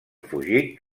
fugit